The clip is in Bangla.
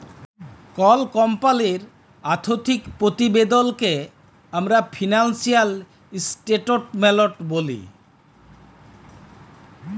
কল কমপালির আথ্থিক পরতিবেদলকে আমরা ফিলালসিয়াল ইসটেটমেলট ব্যলি